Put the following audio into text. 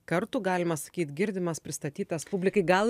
kartų galima sakyt girdimas pristatytas publikai gal